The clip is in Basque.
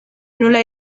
nola